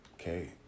okay